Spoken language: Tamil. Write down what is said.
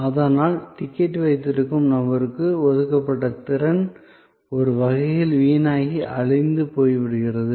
அதனால் டிக்கெட் வைத்திருக்கும் நபருக்கு ஒதுக்கப்பட்ட திறன் ஒரு வகையில் வீணாகி அழிந்து போய்விட்டது